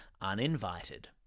uninvited